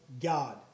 God